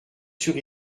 sur